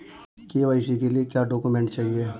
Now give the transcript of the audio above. KYC के लिए क्या क्या डॉक्यूमेंट चाहिए?